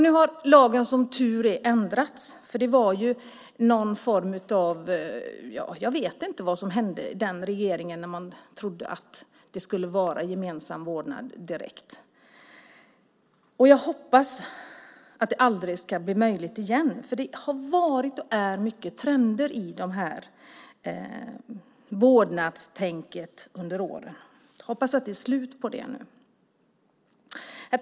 Nu är lagen ändrad, som tur är. Jag vet inte vad som hände i den regering där man trodde på gemensam vårdnad direkt. Jag hoppas att det aldrig återigen blir möjligt. Det har genom åren varit, och är fortfarande, mycket av trender i vårdnadstänket. Jag hoppas att det nu blir ett slut på det. Herr talman!